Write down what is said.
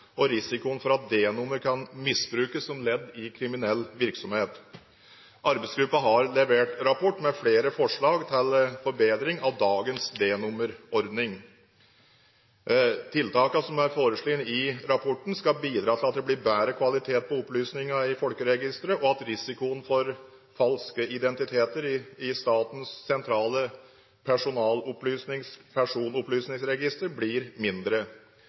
og risikoen for at D-nummer kan misbrukes som ledd i kriminell virksomhet. Arbeidsgruppen har levert en rapport med flere forslag til forbedring av dagens D-nummerordning. Tiltakene som er foreslått i rapporten, skal bidra til at det blir bedre kvalitet på opplysningene i folkeregisteret, og at risikoen for falske identiteter i statens sentrale personopplysningsregister blir mindre.